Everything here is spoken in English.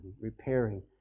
repairing